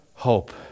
hope